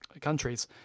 countries